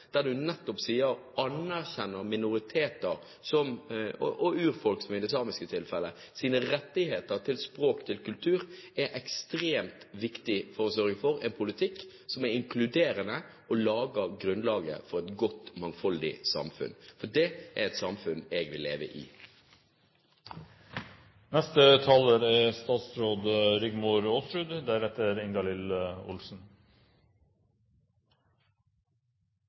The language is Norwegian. der en nettopp anerkjenner minoriteter og urfolk, som samene, og deres rettigheter til språk og kultur, er ekstremt viktig for å sørge for en politikk som er inkluderende, og legger grunnlaget for et godt, mangfoldig samfunn. Det er et samfunn jeg vil leve i. Behandlingen av denne årsmeldingen viser at det fortsatt i all hovedsak er